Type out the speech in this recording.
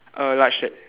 err large shirt